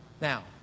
Now